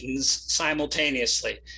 simultaneously